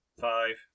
five